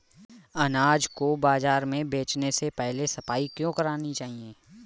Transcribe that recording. अनाज को बाजार में बेचने से पहले सफाई क्यो करानी चाहिए?